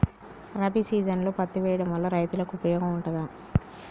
రబీ సీజన్లో పత్తి వేయడం వల్ల రైతులకు ఉపయోగం ఉంటదా?